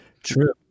True